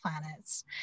planets